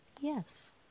Yes